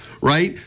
Right